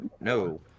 No